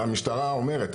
המשטרה אומרת,